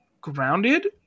Grounded